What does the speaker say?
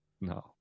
No